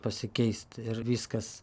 pasikeist ir viskas